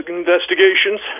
investigations